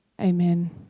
Amen